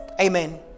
Amen